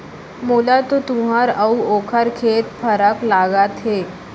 मोला तो तुंहर अउ ओकर खेत फरक लागत हे